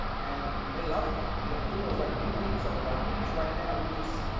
and they loved that. yeah puma was like, we need some of that because right now, we just,